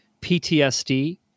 PTSD